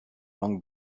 langue